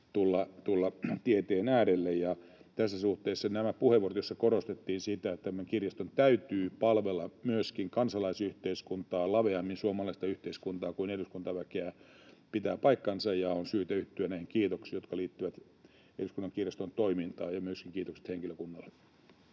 tulla tieteen äärelle, ja tässä suhteessa nämä puheenvuorot, joissa korostettiin sitä, että tämän kirjaston täytyy palvella myöskin kansalaisyhteiskuntaa, laveammin suomalaista yhteiskuntaa kuin eduskuntaväkeä, pitävät paikkansa, ja on syytä yhtyä näihin kiitoksiin, jotka liittyvät Eduskunnan kirjaston toimintaan. Ja myöskin kiitokset henkilökunnalle.